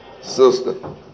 sister